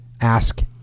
ask